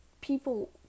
people